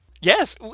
Yes